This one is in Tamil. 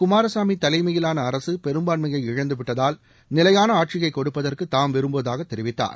குமாரசாமி தலைமையிலான அரசு பெரும்பான்மையை இழந்துவிட்டதால் நிலையான ஆட்சியை கொடுப்பதற்கு தாம் விரும்புவதாக தெரிவித்தார்